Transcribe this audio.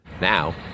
Now